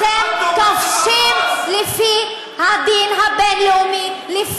אתם כובשים לפי הדין הבין-לאומי.